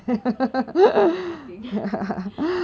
I think is a good thing